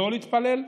להתפלל,